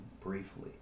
briefly